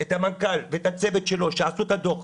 את המנכ"ל והצוות שלו שעשו את הדו"ח,